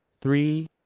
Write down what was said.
three